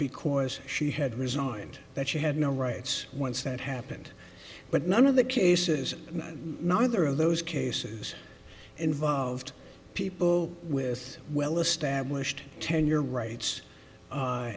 because she had resigned that she had no rights once that happened but none of the cases neither of those cases involved people with well established tenure rights